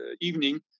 evening